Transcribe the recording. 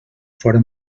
fora